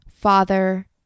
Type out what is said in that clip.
father